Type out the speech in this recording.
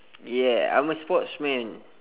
yeah I'm a sportsman